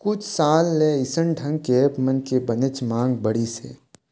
कुछ साल म अइसन ढंग के ऐप मन के बनेच मांग बढ़िस हे